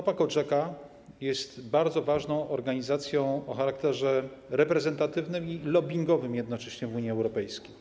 Copa Cogeca jest bardzo ważną organizacją o charakterze reprezentatywnym i lobbingowym jednocześnie w Unii Europejskiej.